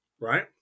right